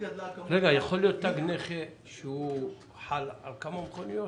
יכול להיות תג נכה שהוא חל על כמה מכוניות?